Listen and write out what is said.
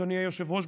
אדוני היושב-ראש,